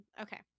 Okay